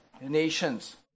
nations